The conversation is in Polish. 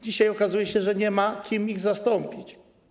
Dzisiaj okazuje się, że nie ma ich kim zastąpić.